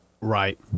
right